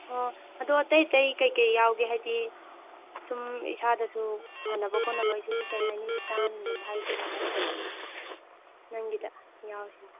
ꯍꯣ ꯑꯗꯣ ꯑꯇꯩ ꯑꯇꯩ ꯀꯩ ꯀꯩ ꯌꯥꯎꯒꯦ ꯍꯥꯏꯗꯤ ꯁꯨꯝ ꯏꯁꯥꯗꯁꯨ ꯐꯅꯕ ꯈꯣꯠꯅꯕ ꯑꯩꯈꯣꯏꯒꯤ ꯀꯩ ꯍꯥꯏꯅꯤ ꯚꯤꯇꯥꯃꯤꯟꯒꯨꯝꯕ ꯍꯥꯏꯒꯗ꯭ꯔꯥ ꯀꯩ ꯍꯥꯏꯒꯗ꯭ꯔꯥ ꯁꯨꯝ ꯅꯪꯒꯤꯗ ꯌꯥꯎꯔꯤꯁꯤꯡꯗ